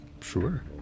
Sure